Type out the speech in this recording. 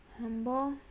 Humble